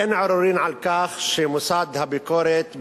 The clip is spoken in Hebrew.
אין עוררין על כך שמוסד הביקורת,